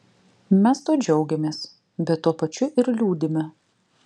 mes tuo džiaugiamės bet tuo pačiu ir liūdime